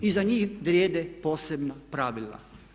I za njih vrijede posebna pravila.